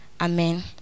Amen